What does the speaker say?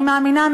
אני מאמינה,